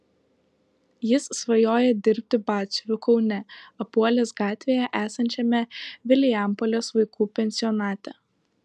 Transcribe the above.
jis svajoja dirbti batsiuviu kaune apuolės gatvėje esančiame vilijampolės vaikų pensionate